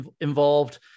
involved